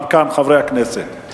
גם כאן, חברי הכנסת.